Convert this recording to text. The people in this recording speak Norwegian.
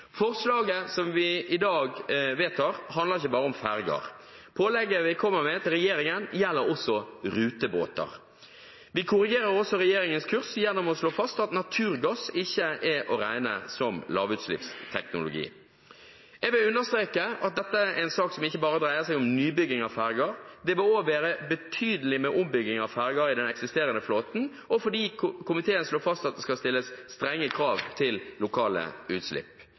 Forslaget vi i dag vedtar, handler ikke bare om ferger. Pålegget vi kommer med til regjeringen, gjelder også rutebåter. Vi korrigerer også regjeringens kurs gjennom å slå fast at naturgass ikke er å regne som lavutslippsteknologi. Jeg vil understreke at dette er en sak som ikke bare dreier seg om nybygging av ferger. Det vil òg være betydelig med ombygging av ferger i den eksisterende flåten, og fordi komiteen slår fast at det skal stilles strenge krav til lokale utslipp.